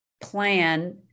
plan